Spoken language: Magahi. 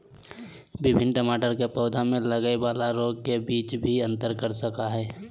विभिन्न टमाटर के पौधा में लगय वाला रोग के बीच भी अंतर कर सकय हइ